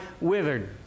withered